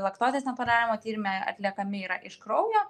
laktozės netoleravimo tyrimai atliekami yra iš kraujo